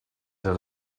that